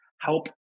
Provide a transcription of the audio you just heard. help